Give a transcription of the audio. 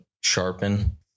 sharpen